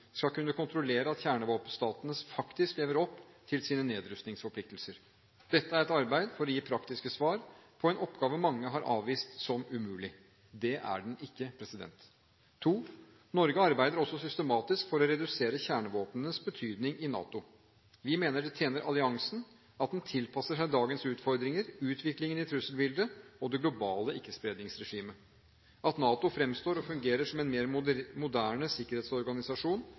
skal kunne kontrollere at kjernevåpenstatene faktisk lever opp til sine nedrustningsforpliktelser. Dette er et arbeid for å gi praktiske svar på en oppgave mange har avvist som umulig. Det er den ikke. Norge arbeider også systematisk for å redusere kjernevåpnenes betydning i NATO. Vi mener det tjener alliansen at den tilpasser seg dagens utfordringer, utviklingen i trusselbildet og det globale ikke-spredningsregimet. At NATO fremstår og fungerer som en mer moderne sikkerhetsorganisasjon